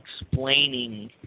explaining